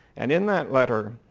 and in that letter,